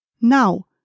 Now